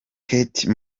kate